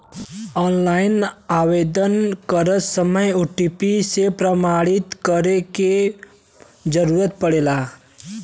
online आवेदन करत समय ओ.टी.पी से प्रमाणित करे क जरुरत पड़ला